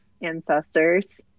ancestors